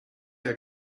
are